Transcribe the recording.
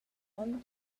onn